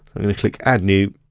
i'm gonna click add new